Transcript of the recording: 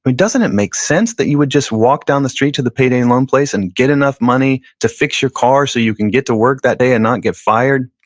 but doesn't it make sense that you would just walk down the street to the payday loan place and get enough money to fix your car so you can get to work that day and not get fired?